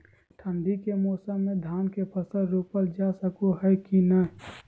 ठंडी के मौसम में धान के फसल रोपल जा सको है कि नय?